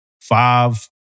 five